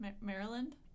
Maryland